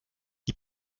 die